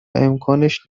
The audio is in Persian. امکانش